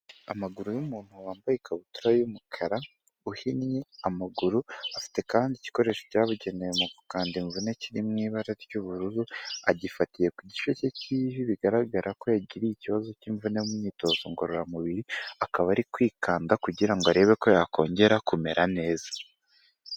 Amaguru y'umuntu wambaye ikabutura y'umukara uhinnye amaguru, afite kandi igikoresho cyabugenewe mu gukanda imvune kiri mu ibara ry'ubururu. Agifatiye ku gice cye cy'ivi bigaragara ko yagiriye ikibazo cy'imvune mu myitozo ngororamubiri. Akaba ari kwikanda kugira ngo arebe ko yakongera kumera neza.